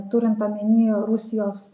turint omeny rusijos